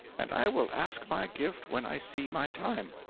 and i will ask my gift when i see my time.